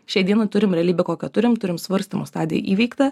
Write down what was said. šiai dienai turim realybę kokią turim turim svarstymo stadiją įveiktą